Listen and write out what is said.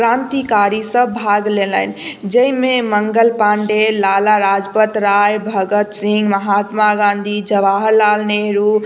क्रान्तिकारी सब भाग लेलनि जैमे मंगल पाण्डे लाला लाजपत राय भगत सिंह महात्मा गाँधी जवाहर लाल नेहरू